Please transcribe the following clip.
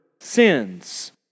sins